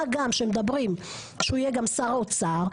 מה גם שמדברים שהוא יהיה גם שר האוצר,